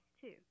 two